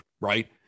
right